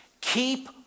Keep